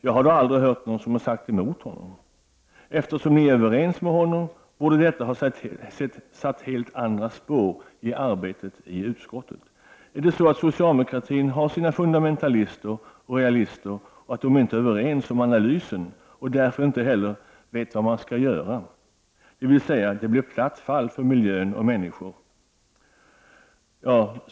Jag har då aldrig hört någon som har sagt emot honom. Eftersom ni är överens med honom borde detta ha satt helt andra spår i arbetet i utskottet. Är det så att socialdemokratin har sina fundamentalister och realister och att de inte är överens om analysen och därför inte heller om vad de skall göra, dvs. att det blir platt fall för miljö och människor?